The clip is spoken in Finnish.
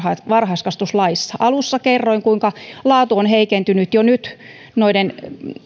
varhaiskasvatuslaissa alussa kerroin kuinka laatu on heikentynyt jo nyt noiden